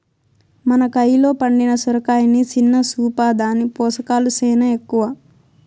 మన కయిలో పండిన సొరకాయని సిన్న సూపా, దాని పోసకాలు సేనా ఎక్కవ